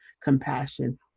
compassion